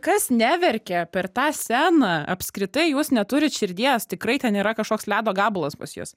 kas neverkia per tą sceną apskritai jūs neturit širdies tikrai ten yra kažkoks ledo gabalas pas jus